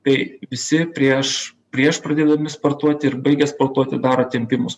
tai visi prieš prieš pradėdami spartuoti ir baigę sportuoti daro tempimus